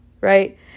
right